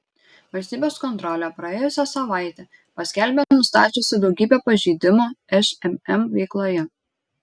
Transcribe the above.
valstybės kontrolė praėjusią savaitę paskelbė nustačiusi daugybę pažeidimų šmm veikloje